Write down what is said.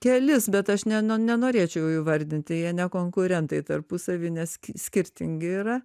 kelis bet aš neno nenorėčiau įvardinti jie ne konkurentai tarpusavy nes skirtingi yra